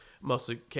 mostly